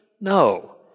No